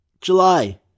July